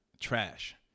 trash